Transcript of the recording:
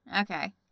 Okay